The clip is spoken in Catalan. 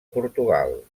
portugal